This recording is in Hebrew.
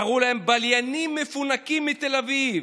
קראו להם בליינים מפונקים מתל אביב,